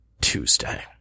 Tuesday